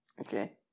Okay